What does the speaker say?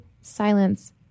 silence